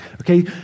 okay